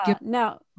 now